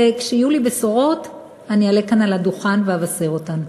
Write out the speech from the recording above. וכשיהיו לי בשורות אני אעלה כאן על הדוכן ואבשר אותן.